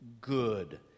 good